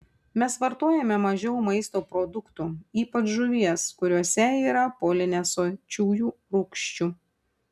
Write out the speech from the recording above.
mes vartojame mažiau maisto produktų ypač žuvies kuriuose yra polinesočiųjų rūgščių